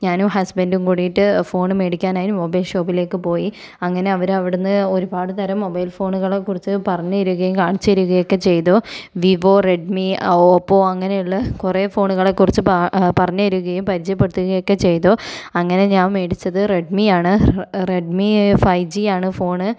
ഞാനും ഹസ്ബൻഡും കൂടിയിട്ട് ഫോൺ മേടിക്കാനായി മൊബൈൽ ഷോപ്പിലേക്ക് പോയി അങ്ങനെ അവരവിടുന്ന് ഒരുപാട് തരം മൊബൈൽ ഫോണുകളെ കുറിച്ച് പറഞ്ഞ് തരുകയും കാണിച്ച് തരുകയും ഒക്കെ ചെയ്തു വിവോ റെഡ്മി ആ ഓപ്പോ അങ്ങനെയുള്ള കുറേ ഫോണുകളെ കുറിച്ച് പാ പറഞ്ഞ് തരുകയും പരിചയപ്പെടുത്തുകയും ഒക്കെ ചെയ്തു അങ്ങനെ ഞാൻ മേടിച്ചത് റെഡ്മിയാണ് റെഡ്മി ഫൈവ്ജിയാണ് ഫോൺ